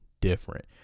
different